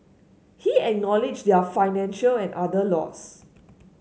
he acknowledged their financial and other loss